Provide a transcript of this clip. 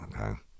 Okay